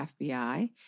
FBI